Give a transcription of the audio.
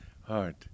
heart